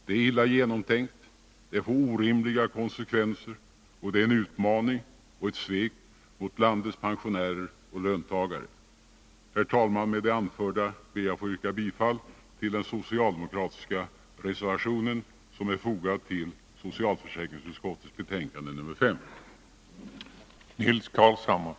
Det är illa genomtänkt, det får orimliga konsekvenser och det är en utmaning och ett svek mot landets pensionärer och löntagare. Herr talman! Med det anförda ber jag att få yrka bifall till den socialdemokratiska reservationen, som är fogad vid socialförsäkringsutskottets betänkande nr 6.